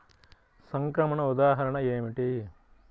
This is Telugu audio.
సంక్రమణ ఉదాహరణ ఏమిటి?